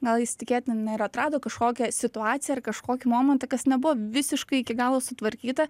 gal jis tikėtina ir atrado kažkokią situaciją ar kažkokį momentą kas nebuvo visiškai iki galo sutvarkyta